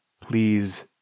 Please